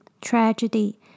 tragedy